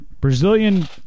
Brazilian